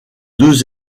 deux